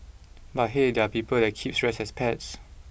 but hey there are people that keeps rats as pets